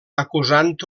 acusant